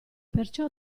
perciò